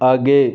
आगे